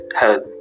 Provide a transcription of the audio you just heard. help